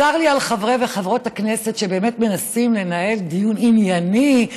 צר לי על חברי וחברות הכנסת שבאמת מנסים לנהל דיון ענייני,